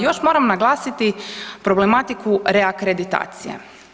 Još moram naglasiti problematiku reakreditacije.